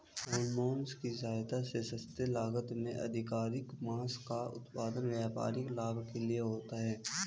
hormone की सहायता से सस्ते लागत में अधिकाधिक माँस का उत्पादन व्यापारिक लाभ के लिए होता है